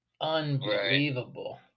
unbelievable